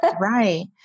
Right